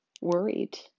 worried